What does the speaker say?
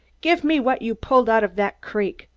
give me what you pulled out of that creek!